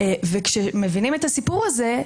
כשמבינים את הסיפור הזה,